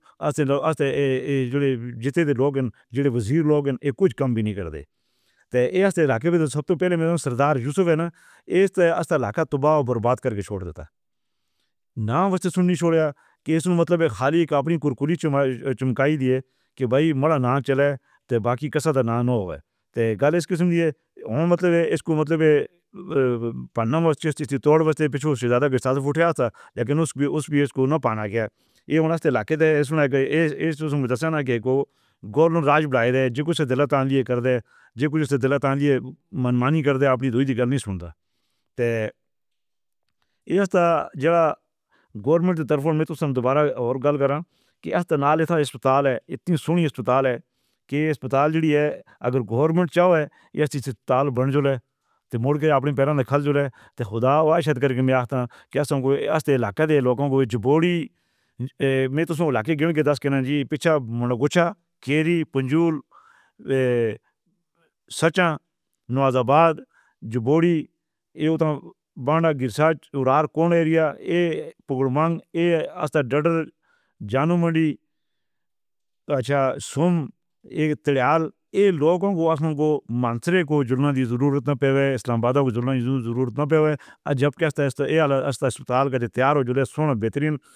جیتنے وی لوکاں کجھ کم وی نئیں کردے۔ سردار یوسف ہے نا، برباد کر کے چھڈ دیندا نا کی۔ ایس دا مطلب ہے خالی کڑکڑی چمکائی دے کہ بھائی؟ مطلب ایس کوں مطلب منمانی کر دے اپݨی۔ کیری پُن٘جل سچّا نواز آباد جو بوڈی بانڈا گراساج اُرار کون ایریا اے پُکُر منگ اے اسد ڈڈر جانو منڈی اچھا؟ اے اوہ لوک جنہاں کوں منصرفے نال جوڑݨ دی ضرورت نہ پوے، اسلام آباد نال جوڑݨ دی ضرورت نہ پوے تے جد کے۔